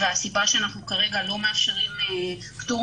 והסיבה שכרגע אנחנו לא מאשרים פטור